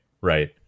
right